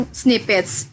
snippets